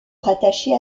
rattachée